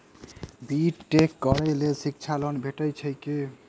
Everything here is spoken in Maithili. बी टेक करै लेल शिक्षा लोन भेटय छै की?